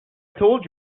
told